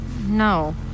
No